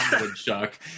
woodchuck